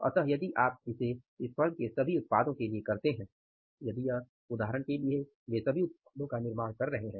अतः यदि आप इसे इस फर्म के सभी उत्पादों के लिए करते हैं यदि यह उदाहरण के लिए वे सभी उत्पादों का निर्माण कर रहे हैं